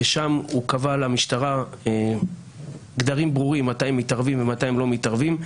ושם הוא קבע למשטרה גדרים ברורים מתי הם מתערבים ומתי הם לא מתערבים.